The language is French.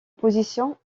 position